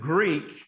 Greek